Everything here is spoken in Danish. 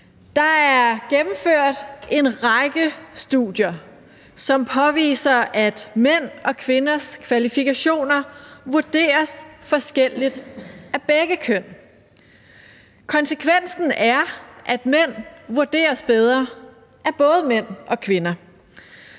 Der er gennemført en række studier, som påviser, at mænd og kvinders kvalifikationer vurderes forskelligt af begge køn. Konsekvensen er, at mænd vurderes bedre af både mænd og kvinder,